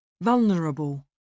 Vulnerable